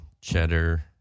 cheddar